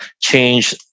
change